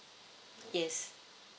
yes